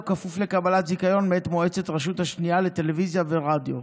כפוף לקבלת זיכיון מאת מועצת הרשות השנייה לטלוויזיה ורדיו.